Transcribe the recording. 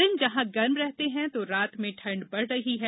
दिन जहां गर्म रहते हैं तो रात में ठंड बढ़ रही है